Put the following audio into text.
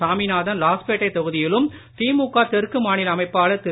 சாமிநாதன் லாஸ்பேட்டை தொகுதியிலும் திமுக தெற்கு மாநில அமைப்பாளர் திரு